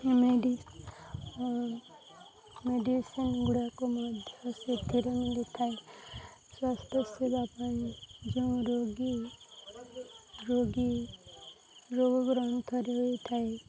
May medicine ଗୁଡ଼ାକୁ ମଧ୍ୟ ସେଥିରେ ମିଳିଥାଏ ସ୍ୱାସ୍ଥ୍ୟ ସେବା ପାଇଁ ଯେଉଁ ରୋଗୀ ରୋଗୀ ରୋଗାକ୍ରାନ୍ତ ଥରେ ହୋଇଥାଏ